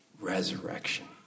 Resurrection